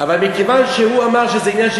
אבל מכיוון שהוא אמר שזה עניין של